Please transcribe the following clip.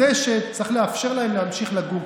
"במהות" זה שצריך לאפשר להם להמשיך לגור,